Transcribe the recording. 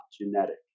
genetic